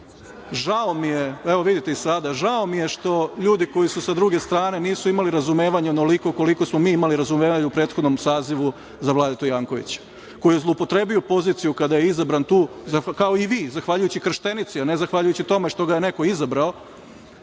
divnom vođenju sednice. Žao mi je što ljudi koji su sa druge strane nisu imali razumevanje onoliko koliko smo mi imali razumevanja u prethodnom sazivu za Vladetu Jankovića, koji je zloupotrebio poziciju kada je izabran tu, kao i vi, zahvaljujući krštenici, a ne zahvaljujući tome što ga je neko izabrao,